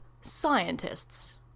scientists